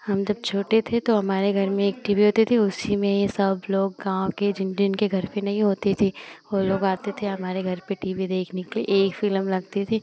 हम जब छोटे थे तो हमारे घर में एक टी वी होती थी उसी में यह सब लोग गाँव के जिन जिनके घर पर नहीं होती थी वह लोग आते थे हमारे घर पर टी वी देखने के लिए एक फ़िल्म लगती थी